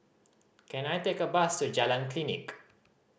can I take a bus to Jalan Klinik